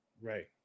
right